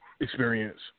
experience